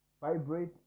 vibrate